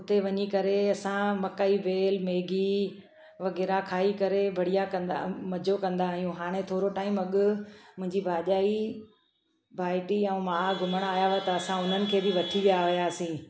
उते वञी करे असां मकई वेल मेगी वग़ैरह खाई करे बढ़िया कंदा मज़ो कंदा आहियूं हाणे थोरो टाइम अॻु मुंहिंजी भाजाई भाइटी ऐं मां घुमणु आहियां हुआ त असां हुननि खे बि वठी विया हुआसीं